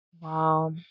Wow